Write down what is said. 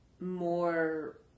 more